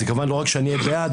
כמובן לא רק שאני אהיה בעד,